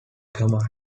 command